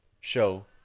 show